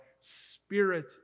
spirit